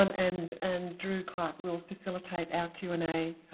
um and and drew clark will facilitate our q and a